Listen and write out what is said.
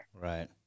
Right